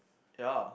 ya